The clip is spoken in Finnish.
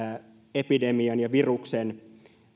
epidemian ja viruksen